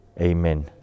Amen